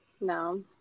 No